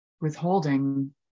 Withholding